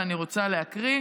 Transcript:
ואני רוצה להקריא: